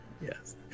yes